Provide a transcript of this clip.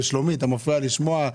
לשלומית, אתה מפריע לה לשמוע,